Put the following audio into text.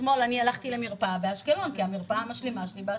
אתמול הלכתי למרפאה באשקלון כי המרפאה המשלימה שלי היא באשקלון,